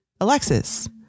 Alexis